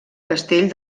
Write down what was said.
castell